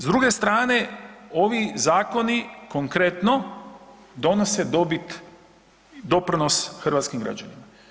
S druge strane ovi zakoni konkretno donose dobit doprinos hrvatskim građanima.